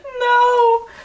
No